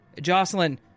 Jocelyn